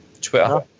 twitter